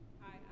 Hi